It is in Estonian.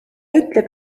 ütleb